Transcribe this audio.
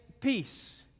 peace